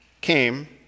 came